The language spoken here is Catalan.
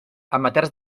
amateurs